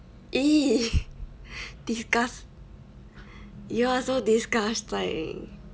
!ee! disgust~ you are so disgusting